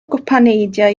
gwpaneidiau